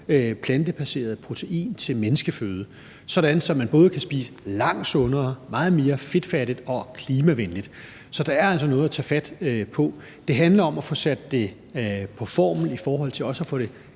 plantebaseret protein til menneskeføde, sådan at man både kan spise langt sundere og meget mere fedtfattigt og klimavenligt. Så der er altså noget at tage fat på. Det handler om at få sat det på formel i forhold til også at få det